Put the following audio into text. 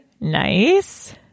Nice